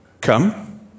come